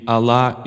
Allah